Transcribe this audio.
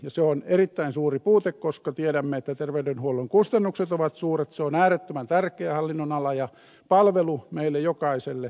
se on erittäin suuri puute koska tiedämme että terveydenhuollon kustannukset ovat suuret terveydenhuolto on äärettömän tärkeä hallinnonala ja palvelu meille jokaiselle